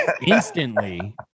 instantly